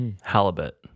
Halibut